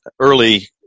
early